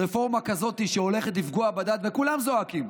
רפורמה כזאת שהולכת לפגוע בדת, וכולם זועקים,